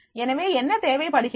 எனவே என்ன தேவைப்படுகிறது